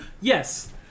yes